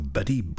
Buddy